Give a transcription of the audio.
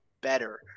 better